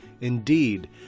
Indeed